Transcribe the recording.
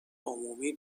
عمومی